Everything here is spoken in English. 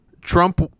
Trump